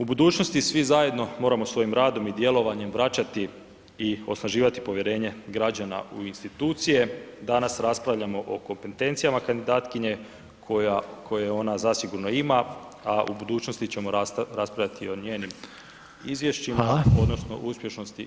U budućnosti svi zajedno moramo svojim radom i djelovanjem vraćati i osnaživati povjerenje građana u institucije, danas raspravljamo o kompetencijama kandidatkinje koje ona zasigurno ima, a u budućnosti ćemo raspravljati o njenim izvješćima odnosno uspješnosti ili neuspješnosti.